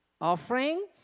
offering